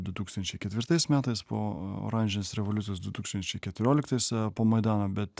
du tūkstančiai ketvirtais metais po oranžinės revoliucijos du tūkstančiai keturioliktais po maidano bet